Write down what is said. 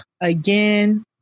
again